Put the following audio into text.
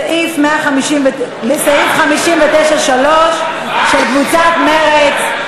של קבוצת מרצ.